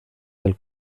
del